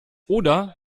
oder